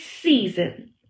season